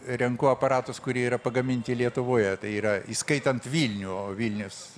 renku aparatus kurie yra pagaminti lietuvoje tai yra įskaitant vilnių o vilnius